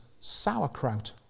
sauerkraut